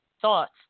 thoughts